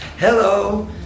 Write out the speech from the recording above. Hello